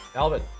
Alvin